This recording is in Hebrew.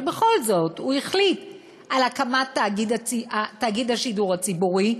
אבל בכל זאת הוא החליט על הקמת תאגיד השידור הציבורי,